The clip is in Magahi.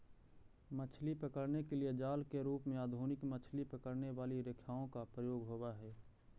मछली पकड़ने के लिए जाल के रूप में आधुनिक मछली पकड़ने वाली रेखाओं का प्रयोग होवअ हई